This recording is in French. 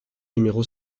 numéro